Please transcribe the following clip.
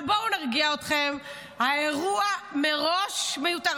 אבל בואו נרגיע אתכם, האירוע מראש מיותר.